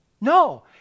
No